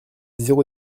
zéro